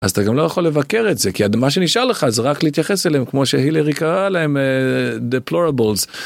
אז אתה גם לא יכול לבקר את זה כי מה שנשאר לך זה רק להתייחס אליהם כמו שהילרי קראה להם deplorables.